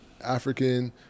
African